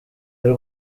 y’u